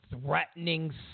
threatening